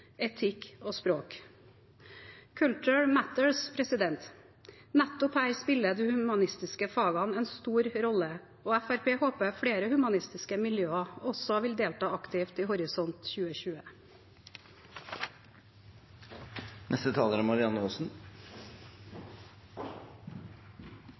etikk og språk. «Culture matters.» Nettopp her spiller de humanistiske fagene en stor rolle, og Fremskrittspartiet håper flere humanistiske miljøer også vil delta aktivt i Horisont